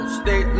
stay